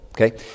okay